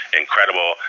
incredible